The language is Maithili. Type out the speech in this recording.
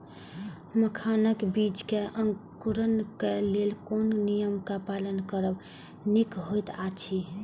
मखानक बीज़ क अंकुरन क लेल कोन नियम क पालन करब निक होयत अछि?